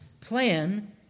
plan